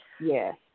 Yes